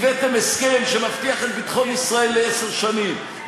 הבאתם הסכם שמבטיח את ביטחון ישראל לעשר שנים,